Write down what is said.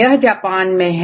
यह जापान में है